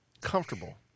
Comfortable